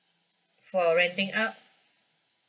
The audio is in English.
for renting out